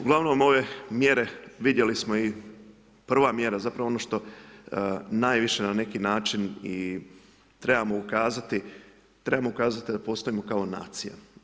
Ugl. ove mjere vidjeli smo i prava mjera zapravo ono što najviše na neki način i trebamo ukazati, trebamo ukazati da postojimo kao nacija.